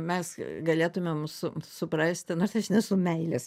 mes galėtumėm su suprasti nors aš nesu meilės